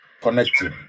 connecting